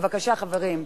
בבקשה, חברים.